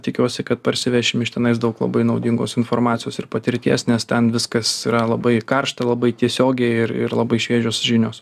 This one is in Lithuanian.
tikiuosi kad parsivešim iš tenais daug labai naudingos informacijos ir patirties nes ten viskas yra labai karšta labai tiesiogiai ir ir labai šviežios žinios